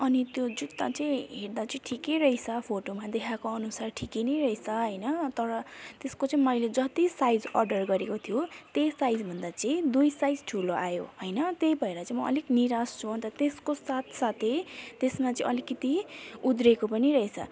अनि त्यो जुत्ता चाहिँ हेर्दा चाहिँ ठिकै रहेछ फोटोमा देखाएको अनुसार ठिकै नै रहेछ होइन तर त्यसको चाहिँ मैले जति साइज अर्डर गरेको थियो त्यही साइजभन्दा चाहिँ दुई साइज ठुलो आयो होइन त्यही भएर चाहिँ म अलिक निराश छु अन्त त्यसको साथ साथै त्यसमा चाहिँ अलिकति उद्रेको पनि रहेछ